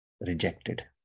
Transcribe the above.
rejected